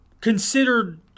considered